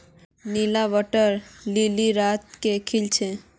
नीला water lily रात के खिल छे